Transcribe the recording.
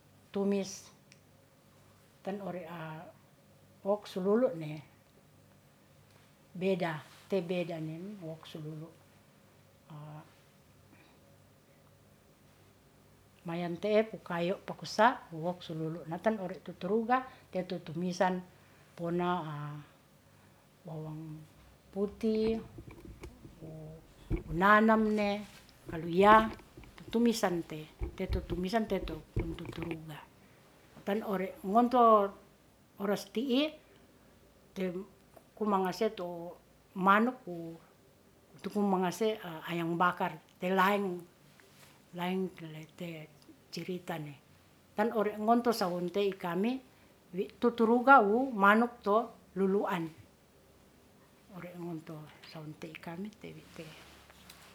Tumis tan ore wok su lulune beda te beda ne wok su lulu, mayante'e pukayo pakusa wok su lulu na'tan ore tuturuga teto tumisan pona wawang putih wu wunanamne kaluya tumisan te, teto tumisan teto kun tuturuga tan ore ngonto oras ti'i kumase to manuk, tu mangase ayam bakar telaeng, laeng te cirita ne. Tan ore ngonto sawunte'e i kami wi' tuturuga wu manuk to luluan ore ngonto sawunte'e i kami tewite